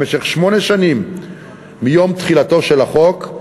במשך שמונה שנים מיום תחילתו של החוק,